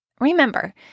Remember